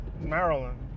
Maryland